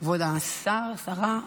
כבוד השר, השרה?